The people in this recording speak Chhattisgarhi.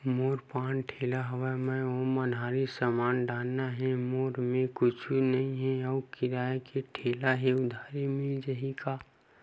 मोर पान ठेला हवय मैं ओमा मनिहारी समान डालना हे मोर मेर कुछ नई हे आऊ किराए के ठेला हे उधारी मिल जहीं का?